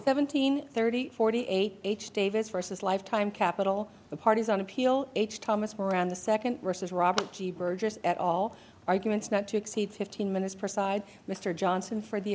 seventeen thirty forty eight h davis versus life time capital the party's on appeal h thomas more on the second versus robert g burgess at all arguments not to exceed fifteen minutes per side mr johnson for the